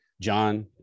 John